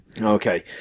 okay